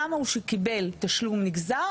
כמה שקיבל תשלום נגזר,